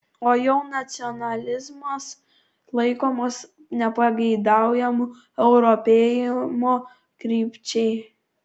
o jau nacionalizmas laikomas nepageidaujamu europėjimo krypčiai